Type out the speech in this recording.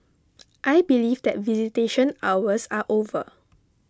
I believe that visitation hours are over